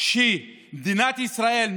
שמדינת ישראל,